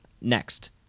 next